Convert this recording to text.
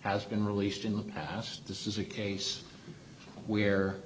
has been released in the past this is a case where